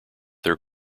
their